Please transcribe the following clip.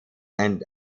and